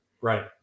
Right